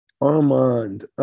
Armand